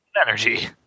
Energy